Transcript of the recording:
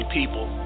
people